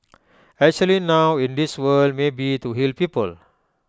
actually now in this world maybe to heal people